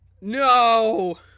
No